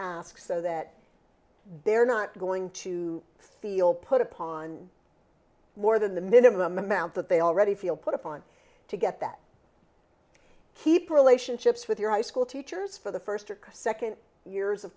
ask so that they're not going to feel put upon more than the minimum amount that they already feel put upon to get that keep relationships with your high school teachers for the first or second years of